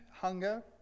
hunger